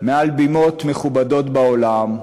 מעל בימות מכובדות בעולם,